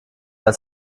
das